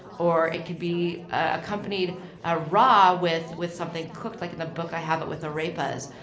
or it could be accompanied ah raw with with something cooked. like in the book, i have it with arepas.